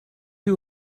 who